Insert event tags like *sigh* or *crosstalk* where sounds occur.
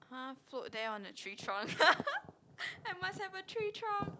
!huh! float there on a tree trunk *laughs* I must have a tree trunk